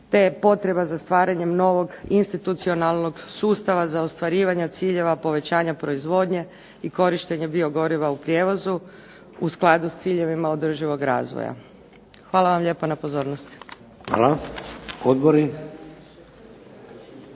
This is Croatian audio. te potreba za stvaranjem novog institucionalnog sustava za ostvarivanje ciljeva povećanja proizvodnje i korištenja biogoriva u prijevozu u skladu s ciljevima održivog razvoja. Hvala vam lijepa na pozornosti. **Šeks,